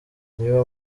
niba